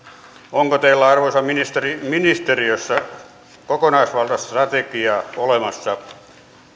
onko teillä arvoisa ministeri ministeriössä kokonaisvaltaista strategiaa olemassa